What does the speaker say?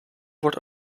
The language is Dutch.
wordt